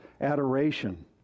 adoration